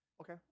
Okay